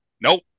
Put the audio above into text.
Nope